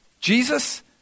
Jesus